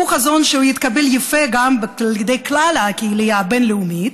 הוא חזון שיתקבל יפה גם על ידי כלל הקהילייה הבין-לאומית,